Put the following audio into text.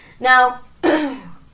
Now